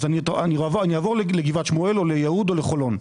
אז אני אעבור לגבעת שמואל או ליהוד או לחולון.